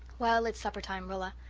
well, it's supper-time, rilla.